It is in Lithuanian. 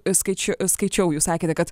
skaiči skaičiau jūs sakėte kad